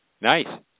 Nice